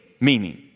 meaning